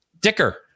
Dicker